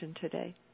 today